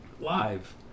live